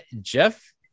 jeff